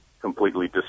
completely